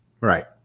right